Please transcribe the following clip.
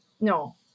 no